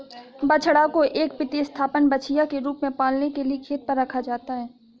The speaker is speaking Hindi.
बछड़ा को एक प्रतिस्थापन बछिया के रूप में पालने के लिए खेत पर रखा जाता है